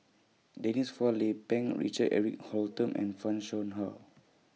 Denise Phua Lay Peng Richard Eric Holttum and fan Shao Hua